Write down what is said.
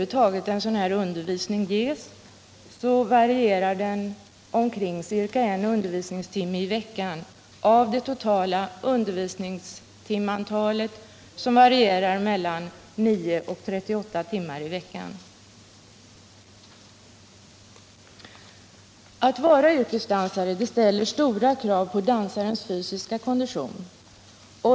Där en sådan undervisning över huvud taget ges, ges den med ca en undervisningstimme i veckan av den totala undervisningstiden, som varierar mellan 9 och 38 veckotimmar. Att vara yrkesdansare ställer stora krav på dansarens fysiska kondition.